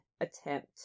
attempt